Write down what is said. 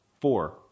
four